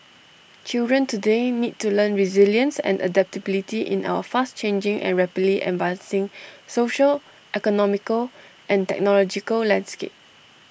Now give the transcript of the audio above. children today need to learn resilience and adaptability in our fast changing and rapidly advancing social economical and technological landscape